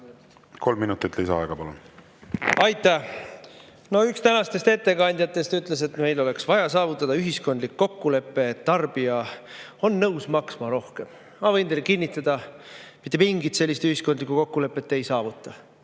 Kolm minutit lisaaega, palun! Aitäh! Üks tänastest ettekandjatest ütles, et neil oleks vaja saavutada ühiskondlik kokkulepe, et tarbija on nõus maksma rohkem. Ma võin teile kinnitada, et mitte mingit sellist ühiskondlikku kokkulepet te ei saavuta.